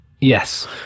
Yes